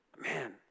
man